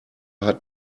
hat